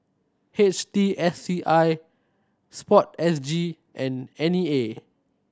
H T S C I Sport S G and N E A